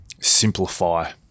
simplify